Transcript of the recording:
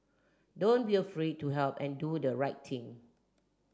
don't be afraid to help and do the right thing